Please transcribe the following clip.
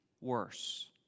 worse